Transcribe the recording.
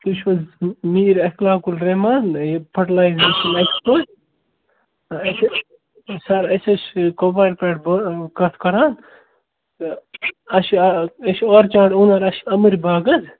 تُہۍ چھِو حظ میٖر اخلاقُ الرحمان یہِ فٔٹلایزَر ایٚکسپٲٹ سَر أسۍ حظ چھِ کۅپوارِ پٮ۪ٹھ بو کتھ کران تہٕ اَسہِ چھِ عرض أسۍ چھِ آرچِڈ اونر اَسہِ چھِ اَمبرۍ باغ حظ